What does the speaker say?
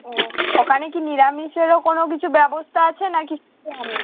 ওহ ওখানে কি নিরামিষেরও কোনো কিছু ব্যবস্থা আছে না কি শুধু আমিষ